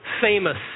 famous